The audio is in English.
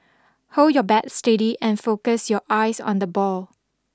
hold your bat steady and focus your eyes on the ball